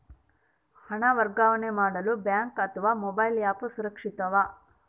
ಹಣ ವರ್ಗಾವಣೆ ಮಾಡಲು ಬ್ಯಾಂಕ್ ಅಥವಾ ಮೋಬೈಲ್ ಆ್ಯಪ್ ಸುರಕ್ಷಿತವೋ?